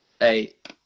eight